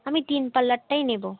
আমি তিন পাল্লারটাই নেব